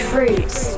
Fruits